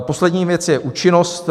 Poslední věc je účinnost.